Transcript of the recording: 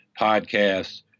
podcasts